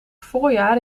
voorjaar